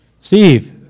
Steve